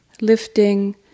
lifting